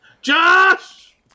Josh